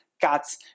cuts